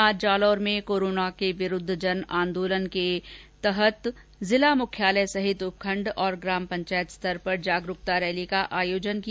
आज जालौर में कोरोना के विरूद्व जन आंदोलन जनजाग्रति के तहत जिला मुख्यालय सहित उपखण्ड व ग्राम पंचायत स्तर पर जागरूकता रैली का आयोजन किया गया